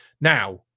Now